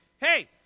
Hey